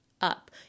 up